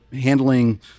handling